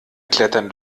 klettern